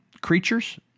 creatures